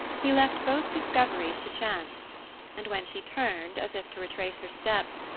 he left both discoveries to chance and when she turned, as if to retrace her steps,